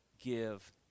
give